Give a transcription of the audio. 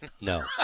No